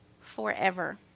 Forever